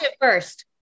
first